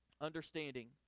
Understanding